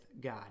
God